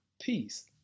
peace